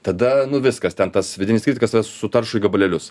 tada nu viskas ten tas vidinis kritikas tave sutaršo į gabalėlius